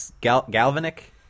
galvanic